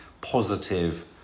positive